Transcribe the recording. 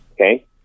Okay